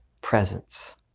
presence